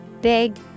Big